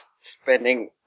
spending